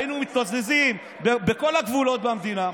היינו מתזזים בכל הגבולות במדינה,